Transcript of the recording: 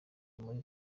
muri